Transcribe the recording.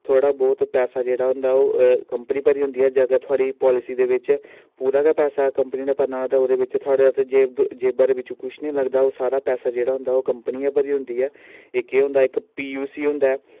थोह्ड़ा बहुत पैसा होंदा जेह्ड़ा ओह् कंपनी भरदी ऐ जेह्ड़ा ओह् पॉलिसी बिच पूरा गै पैसा कंपनी नै भरना ते ओह्दे बिच साढ़े जेबै दा किश निं लगदा ओह् सारा पैसा कंपनी गै भरदी ऐ एह् केह् होंदा इक्क पीयूसी होंदा